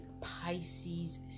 Pisces